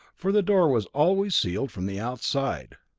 for the door was always sealed from the outside.